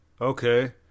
Okay